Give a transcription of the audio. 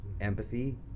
empathy